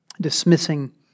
dismissing